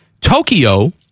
Tokyo